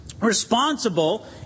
responsible